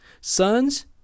sons